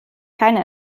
keine